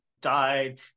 died